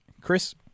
Chris